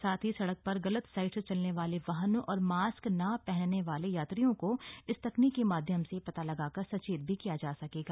साथ ही सड़क पर गलत साइड से चलने वाले वाहनों और मास्क ना पहनने वाले यात्रियों को इस तकनीक के माध्यम से पता लगाकर सचेत भी किया जा सकेगा